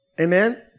Amen